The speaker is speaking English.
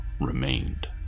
remained